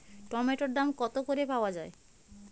টমেটোর দাম কত করে পাওয়া যায়?